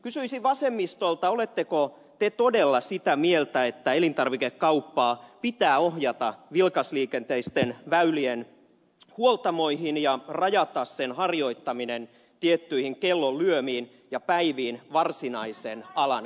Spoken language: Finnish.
kysyisin vasemmistolta oletteko te todella sitä mieltä että elintarvikekauppaa pitää ohjata vilkasliikenteisten väylien huoltamoihin ja rajata sen harjoittaminen tiettyihin kellonlyömiin ja päiviin varsinaisen alan kaupoissa